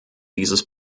dieses